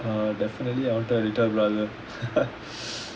err definitely I wanted a little brother